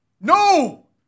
No